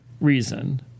reason